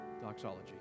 doxology